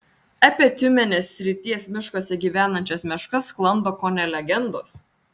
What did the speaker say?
apie tiumenės srities miškuose gyvenančias meškas sklando kone legendos